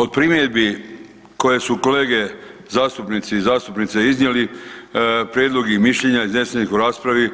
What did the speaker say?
Od primjedbi koje su kolege zastupnici i zastupnice iznijeli, prijedlogi i mišljenja iznesenih u raspravi